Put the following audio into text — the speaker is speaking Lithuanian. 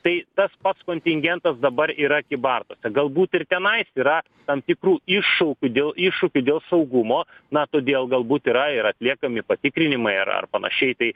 tai tas pats kontingentas dabar yra kybartuose galbūt ir tenais yra tam tikrų iššūkių dėl iššūkių dėl saugumo na todėl galbūt yra ir atliekami patikrinimai ar ar panašiai tai